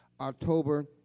October